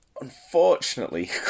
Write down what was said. unfortunately